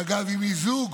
שאגב, היא מיזוג